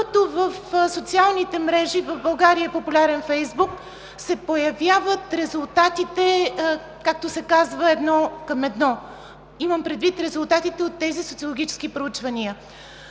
докато в социалните мрежи – в България е популярен Фейсбук, се появяват резултатите, както се казва „едно към едно“, имам предвид резултатите от тези социологически проучвания.